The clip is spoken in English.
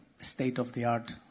state-of-the-art